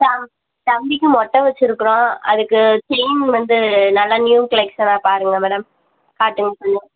தம் தம்பிக்கு மொட்டை வச்சுருக்குறோம் அதுக்கு செயின் வந்து நல்லா நியூ கலெக்சனாக பாருங்க மேடம் காட்டுங்க கொஞ்சம்